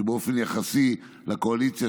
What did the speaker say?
שבאופן יחסי לקואליציה,